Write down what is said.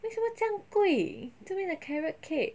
为什么这样贵这边的 carrot cake